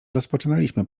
rozpoczynaliśmy